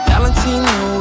Valentino